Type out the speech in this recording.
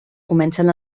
comencen